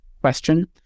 question